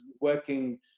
working